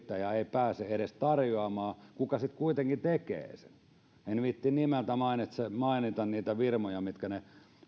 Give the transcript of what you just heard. pääse edes tarjoamaan kuka sitten kuitenkin tekee sen en viitsi nimeltä mainita mainita niitä firmoja mitkä ne